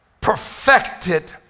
perfected